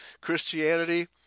Christianity